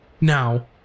Now